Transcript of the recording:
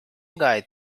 guy